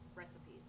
recipes